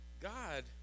God